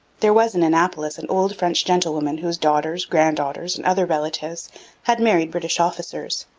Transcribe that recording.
there was in annapolis an old french gentlewoman whose daughters, granddaughters, and other relatives' had married british officers.